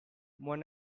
mon